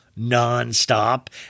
non-stop